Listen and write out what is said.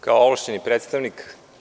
Kao ovlašćeni predstavnik.